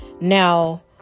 Now